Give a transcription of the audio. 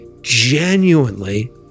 Genuinely